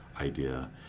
idea